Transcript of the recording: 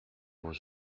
was